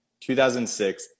2006